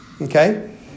okay